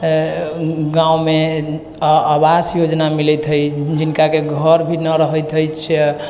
गाँवमे आवास योजना मिलैत हइ जिनकाके घर भी नहि रहैत हइ छै